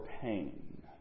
pain